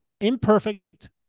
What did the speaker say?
imperfect